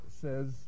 says